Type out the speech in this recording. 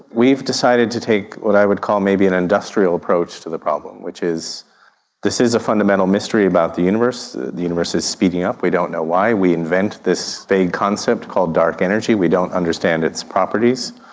we've decided to take what i would call may be an industrial approach the problem, which is this is a fundamental mystery about the universe. the universe is speeding up, we don't know why. we invented this big concept called dark energy. we don't understand its properties.